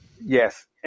yes